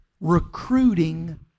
recruiting